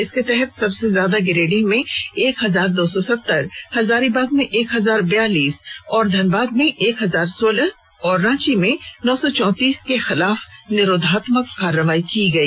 इसके तहत सबसे ज्यादा गिरिडीह में एक हजार दो सौ सत्तर हजारीबाग में एक हजार बयालीस और धनबाद में एक हजार सोलह और रांची में नौ सौ चौतीस के खिलाफ निरोधात्मक कार्रवाई की गई